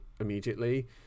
immediately